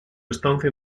estancia